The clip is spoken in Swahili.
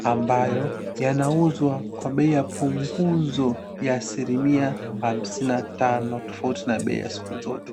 amabyo yanauzwa kwa bei ya punguzo ya asilimia hamsini na tano tofauti na bei ya siku zote.